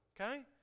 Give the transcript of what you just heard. okay